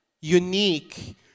unique